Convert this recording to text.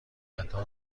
قطار